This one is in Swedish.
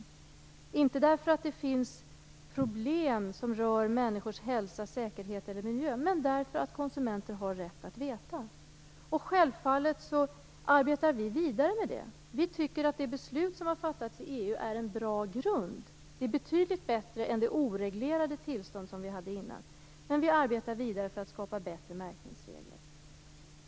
Det skall vi inte göra därför att det finns problem som rör människors hälsa, säkerhet eller miljö, utan därför att konsumenter har rätt att veta. Självfallet arbetar vi vidare med det. Vi tycker att det beslut som har fattats i EU är en bra grund. Det är betydligt bättre än det oreglerade tillstånd som vi hade innan. Men vi arbetar vidare för att skapa bättre märkningsregler.